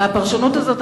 זאת פרשנות לא נכונה.